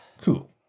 Cool